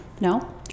No